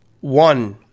One